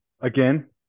again